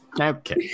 Okay